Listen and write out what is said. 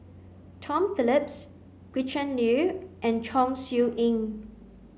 Tom Phillips Gretchen Liu and Chong Siew Ying